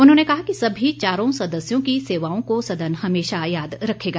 उन्होंने कहा कि सभी चारों सदस्यों की सेवाओं को सदन हमेशा याद रखेगा